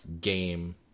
game